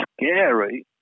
scary